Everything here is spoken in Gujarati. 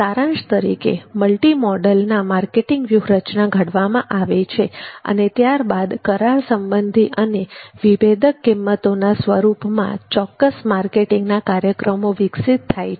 સારાંશ તરીકે મલ્ટીમોડલના માર્કેટિંગ વ્યૂહરચના ઘડવામાં આવે છે અને ત્યારબાદ કરાર સંબંધી અને વિભેદક કિંમતોના સ્વરૂપમાં ચોક્કસ માર્કેટિંગના કાર્યક્રમો વિકસિત થાય છે